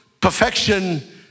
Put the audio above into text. perfection